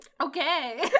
Okay